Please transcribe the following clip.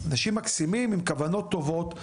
אנשים מקסימים עם כוונות טובות,